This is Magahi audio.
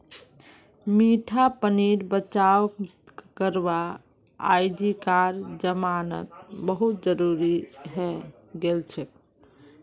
मीठा पानीर बचाव करवा अइजकार जमानात बहुत जरूरी हैं गेलछेक